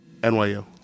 NYU